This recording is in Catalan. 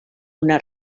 una